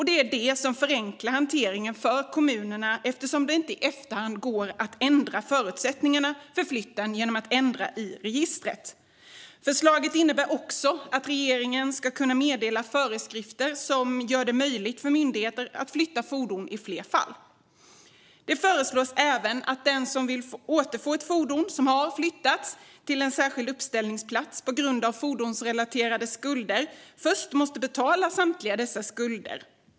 Det är det som förenklar hanteringen för kommunerna eftersom det inte i efterhand går att ändra förutsättningarna för flytten genom att ändra i registret. Förslaget innebär också att regeringen ska kunna meddela föreskrifter som gör det möjligt för myndigheter att flytta fordon i fler fall. Det föreslås även att den som vill återfå ett fordon som har flyttats till en särskild uppställningsplats på grund av fordonsrelaterade skulder först måste betala samtliga dessa skulder.